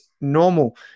normal